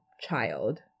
child